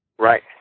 Right